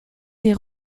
des